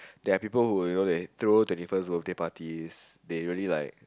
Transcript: there are people who you know that throw twenty first birthday parties they really like